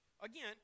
again